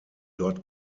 dort